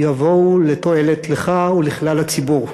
יבוא לתועלת לך ולכלל הציבור.